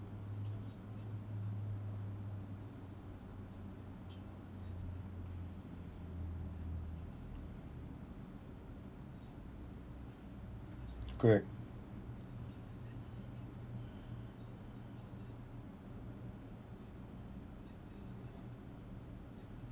correct